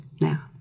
now